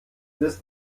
bis